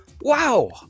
wow